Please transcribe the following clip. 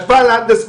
ישבה לנדה,